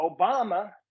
Obama